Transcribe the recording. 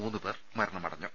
മൂന്നുപേർ മരണമടഞ്ഞു